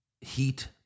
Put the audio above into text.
Heat